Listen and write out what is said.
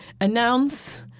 announce